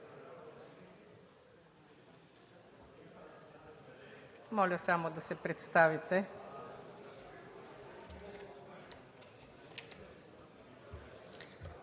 Моля само да се представите.